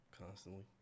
constantly